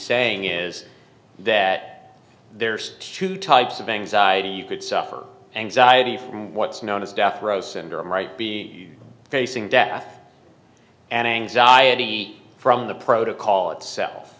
saying is that there's two types of anxiety you could suffer anxiety from what's known as death row syndrome right being facing death and anxiety from the protocol itself